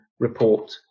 report